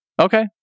Okay